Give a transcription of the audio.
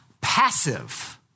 passive